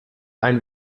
ein